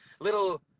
little